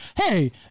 hey